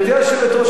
גברתי היושבת-ראש,